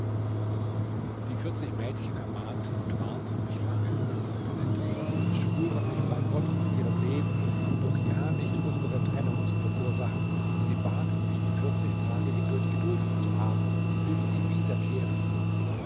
die vierzig mädchen ermahnten und warnten mich lange fuhr der kalender fort beschwuren mich bei gott und ihrem leben doch ja nicht unsere trennung zu verursachen sie baten mich die vierzig tage hindurch geduld zu haben bis sie wiederkehren würden